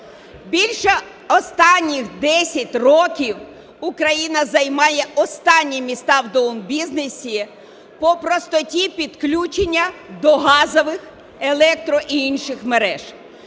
Більше… останніх 10 років Україна займає останні місця в Doing Business по простоті підключення до газових, електро- і інших мереж.